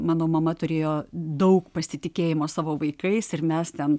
mano mama turėjo daug pasitikėjimo savo vaikais ir mes ten